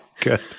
good